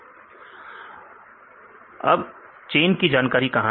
विद्यार्थी atom records अब chain की जानकारी कहां है